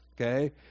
okay